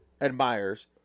admires